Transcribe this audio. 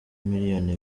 miliyoni